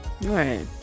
Right